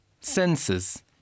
senses